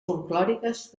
folklòriques